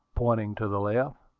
pointing to the left.